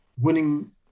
winning